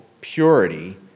purity